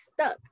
stuck